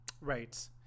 Right